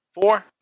four